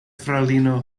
fraŭlino